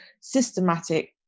systematic